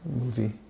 movie